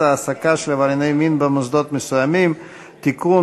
העסקה של עברייני מין במוסדות מסוימים (תיקון,